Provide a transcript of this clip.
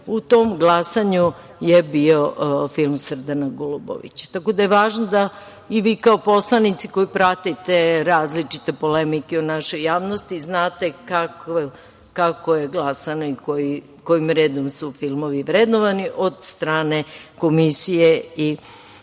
u tom glasanju je bio film Srdana Golubovića, tako da je važno da i vi kao poslanici koji pratite različite polemike u našoj javnosti, znate kako je glasano i kojim redom su filmovi vrednovani od strane komisije. Koji